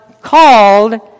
called